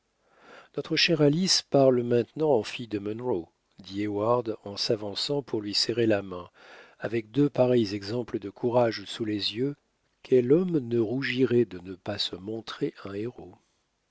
notre chère alice parle maintenant en fille de munro dit heyward en s'avançant pour lui serrer la main avec deux pareils exemples de courage sous les yeux quel homme ne rougirait de ne pas se montrer un héros